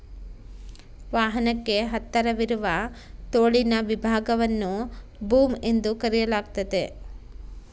ವಾಹನಕ್ಕೆ ಹತ್ತಿರವಿರುವ ತೋಳಿನ ವಿಭಾಗವನ್ನು ಬೂಮ್ ಎಂದು ಕರೆಯಲಾಗ್ತತೆ